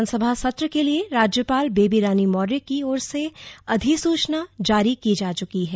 विधानसभा सत्र के लिए राज्यपाल बेबी रानी मौर्य की ओर से अधिसूचना जारी की जा चुकी है